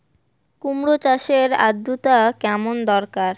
কুমড়ো চাষের আর্দ্রতা কেমন দরকার?